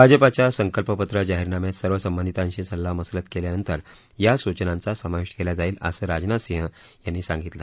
भाजपाच्या संकल्पपत्र जाहीरनाम्यात सर्व संबधितांशी सल्लामसलत केल्यानंतर या सूचनांचा समावेश केला जाईल असं राजनाथ सिंह यांनी सांगितलं